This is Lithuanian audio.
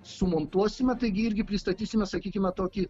sumontuosime taigi irgi pristatysime sakykime tokį